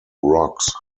rocks